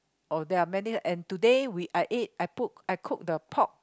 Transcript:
or there are many and today we I ate I put I cook the pork